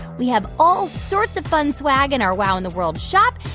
we have all sorts of fun swag in our wow in the world shop,